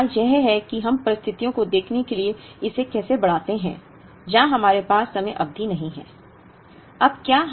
इसलिए सवाल यह है कि हम परिस्थितियों को देखने के लिए इसे कैसे बढ़ाते हैं जहां हमारे पास समय अवधि नहीं है